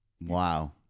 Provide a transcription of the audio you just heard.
Wow